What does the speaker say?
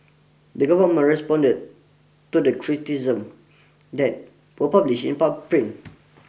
the government responded to the criticisms that were published in pub print